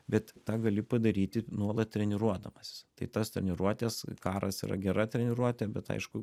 bet tą gali padaryti nuolat treniruodamasis tai tas treniruotes karas yra gera treniruotė bet aišku